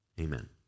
amen